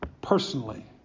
personally